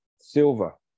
Silver